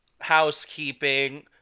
housekeeping